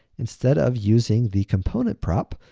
instead of using the component prop,